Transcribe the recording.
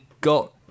got